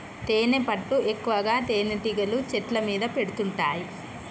తేనెపట్టు ఎక్కువగా తేనెటీగలు చెట్ల మీద పెడుతుంటాయి